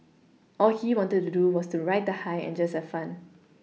all he wanted to do was to ride the high and just have fun